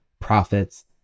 profits